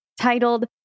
titled